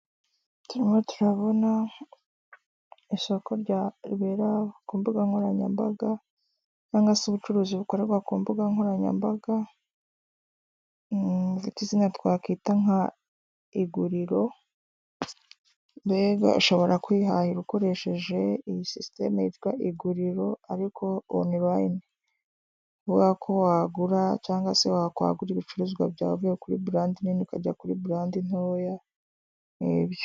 Turimo turabona isoko rya ribera ku mbuga nkoranyambaga, cyangwa se ubucuruzi bukorerwa ku mbuga nkoranyambaga, ifite izina twakwita nka iguriro mbega ushobora kwihahira ukoresheje iyi sisiteme yitwa iguriro ariko onulayini. Ivuga ko wagura cyangwa se wakwagura ibicuruzwa bya uvuye kuri burandi nini ukajya kuri burandi ntoya nibyo.